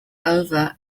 over